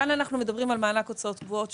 כאן מדובר על מענק הוצאות קבועות,